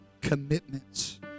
commitments